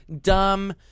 dumb